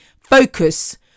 focus